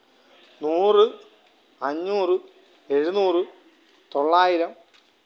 നൂറ് അഞ്ഞൂറ് എഴുനൂറ് തൊള്ളായിരം